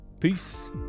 Peace